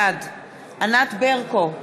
בעד ענת ברקו,